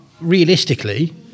Realistically